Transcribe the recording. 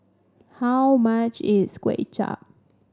how much is Kway Chap